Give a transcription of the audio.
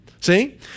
See